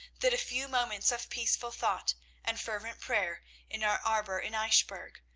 that a few moments of peaceful thought and fervent prayer in our arbour in eichbourg,